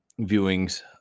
viewings